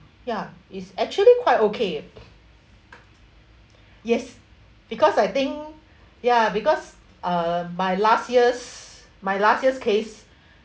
ya it's actually quite okay yes because I think ya because uh my last year's my last year's case